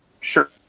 sure